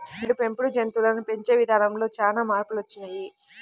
నేడు పెంపుడు జంతువులను పెంచే ఇదానంలో చానా మార్పులొచ్చినియ్యి